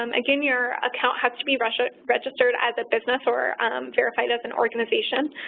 um again your account has to be registered as a business or verified as an organization.